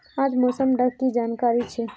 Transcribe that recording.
आज मौसम डा की जानकारी छै?